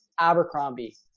Abercrombie